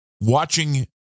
Watching